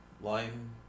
lime